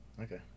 okay